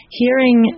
hearing